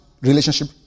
relationship